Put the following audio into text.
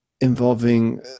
involving